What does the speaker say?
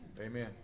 Amen